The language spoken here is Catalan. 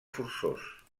forçós